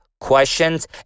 questions